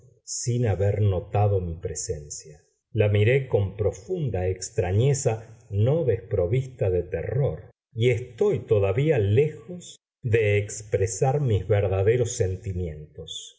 sin haber notado mi presencia la miré con profunda extrañeza no desprovista de terror y estoy todavía lejos de expresar mis verdaderos sentimientos